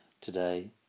today